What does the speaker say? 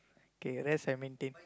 k rest and maintain